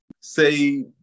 say